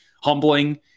humbling